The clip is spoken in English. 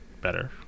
better